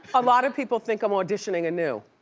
a lot of people think i'm auditioning a new.